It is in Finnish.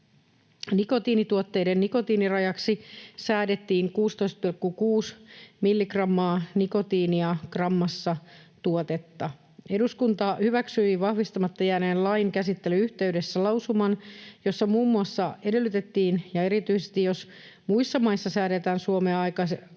nikotiinituotteiden nikotiinirajaksi säädettiin 16,6 milligrammaa nikotiinia grammassa tuotetta. Eduskunta hyväksyi vahvistamatta jääneen lain käsittelyn yhteydessä lausuman, jossa muun muassa edellytettiin, että erityisesti jos muissa maissa säädetään Suomea alhaisemmat